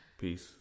Peace